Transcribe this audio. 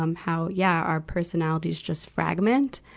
um how, yeah, our personalities just fragment.